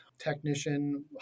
technician